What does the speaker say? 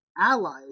allies